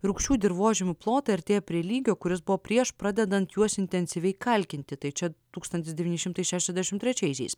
rūgščių dirvožemių plotai artėja prie lygio kuris buvo prieš pradedant juos intensyviai kalkinti tai čia tūkstantis devyni šimtai šešiasdešimt trečiaisiais